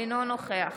אינו נוכח